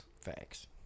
Facts